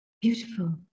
beautiful